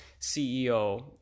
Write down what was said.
CEO